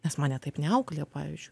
nes mane taip neauklėja pavyzdžiui